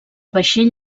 vaixell